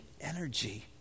energy